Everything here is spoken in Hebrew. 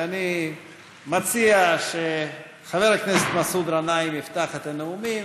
אני מציע שחבר הכנסת מסעוד גנאים יפתח את הנאומים.